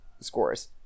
scores